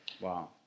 Wow